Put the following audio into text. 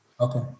Okay